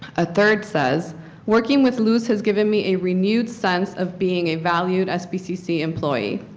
a third says working with luz has given me a renewed sense of being a valued sbcc employee.